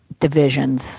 divisions